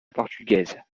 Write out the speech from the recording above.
portugaise